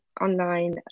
online